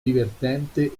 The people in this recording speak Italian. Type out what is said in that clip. divertente